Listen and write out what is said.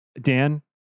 Dan